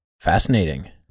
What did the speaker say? Fascinating